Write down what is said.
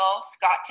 Scott